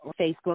Facebook